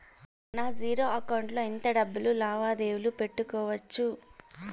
నా zero account లో ఎంత డబ్బులు లావాదేవీలు పెట్టుకోవచ్చు?